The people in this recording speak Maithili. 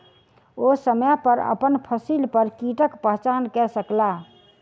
ओ समय पर अपन फसिल पर कीटक पहचान कय सकला